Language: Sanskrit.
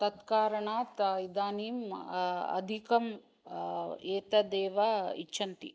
तत् कारणात् इदानीम् अधिकं एतदेव इच्छन्ति